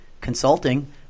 consulting